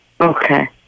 Okay